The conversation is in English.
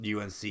UNC